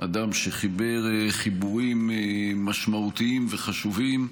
אדם שחיבר חיבורים משמעותיים וחשובים.